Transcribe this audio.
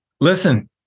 listen